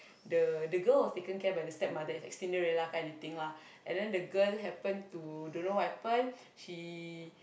the the girl was taken care by the stepmother it's like Cinderella kind of thing lah and then the girl happen to don't know what happen she